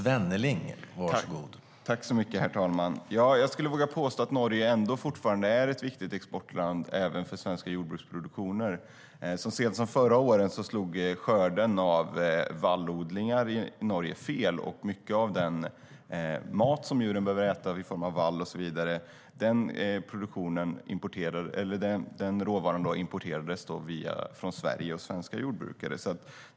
Herr talman! Jag skulle våga påstå att Norge fortfarande är ett viktigt exportland, även för det svenska jordbruket. Så sent som förra året slog skörden av vallodlingar i Norge fel. Mycket av den mat, råvaran, som djuren behöver äta i form av vall och så vidare importerades från Sverige och svenska jordbrukare.